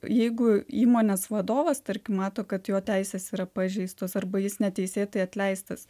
jeigu įmonės vadovas tarkim mato kad jo teisės yra pažeistos arba jis neteisėtai atleistas